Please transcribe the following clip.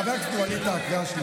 חבר הכנסת ווליד טאהא,